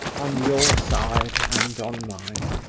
on your side and on mine!